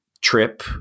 trip